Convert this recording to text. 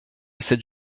cette